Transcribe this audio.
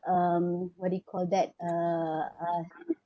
um what do you call that uh uh